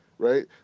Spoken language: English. Right